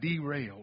derailed